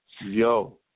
Yo